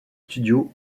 studios